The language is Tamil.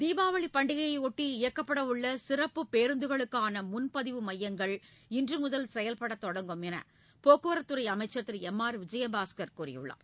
தீபாவளி பண்டிகையையொட்டி இயக்கப்படவுள்ள சிறப்பு பேருந்துகளுக்கான முன்பதிவு மையங்கள் இன்று முதல் செயல்படத் தொடங்கும் என்று போக்குவரத்துத்துறை அமைச்சர் திரு எம் ஆர் விஜயபாஸ்கர் கூறியுள்ளார்